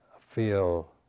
feel